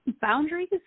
boundaries